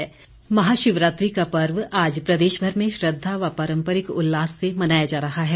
शिवरात्रि महाशिवरात्रि का पर्व आज प्रदेशभर में श्रद्धा व पारम्परिक उल्लास से मनाया जा रहा है